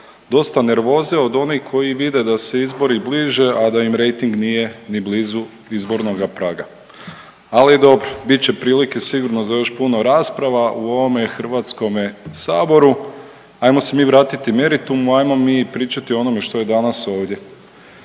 dosta nervoze od onih koji vide da se izbori bliže, a da im rejting nije ni blizu izbornoga praga. Ali dobro bit će prilike sigurno za još puno rasprava u ovome Hrvatskome saboru. Ajmo se mi vratiti meritumu. Ajmo mi pričati o onome što je danas ovdje.